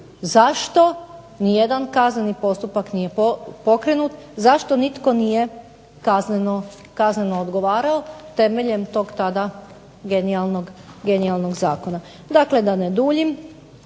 zašto nijedan kazneni postupak nije pokrenut, zašto nitko nije kazneno odgovarao temeljem tog tada genijalnog zakona? Dakle da ne duljim,